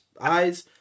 eyes